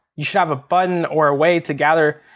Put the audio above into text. you should have a button or a way to gather,